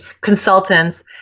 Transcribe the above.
consultants